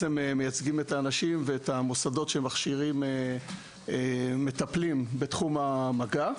אנחנו מייצגים את האנשים ואת המוסדות שמכשירים מטפלים בתחום המגע.